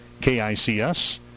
KICS